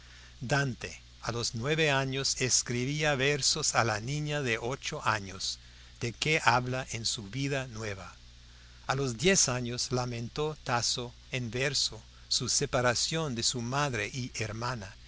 dante a los nueve años escribía versos a la niña de ocho años de que habla en su vida nueva a los diez años lamentó tasso en verso su separación de su madre y hermana